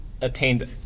attained